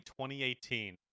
2018